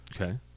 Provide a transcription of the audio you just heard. Okay